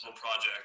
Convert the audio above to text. project